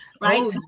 right